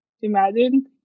Imagine